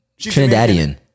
Trinidadian